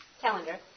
calendar